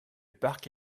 parc